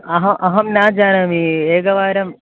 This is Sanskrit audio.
अहम् अहं न जानामि एकवारं